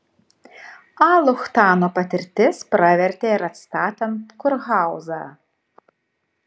a luchtano patirtis pravertė ir atstatant kurhauzą